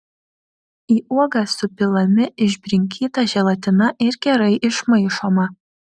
į uogas supilami išbrinkyta želatina ir gerai išmaišoma